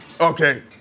Okay